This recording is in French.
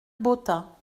botha